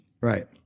right